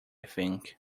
think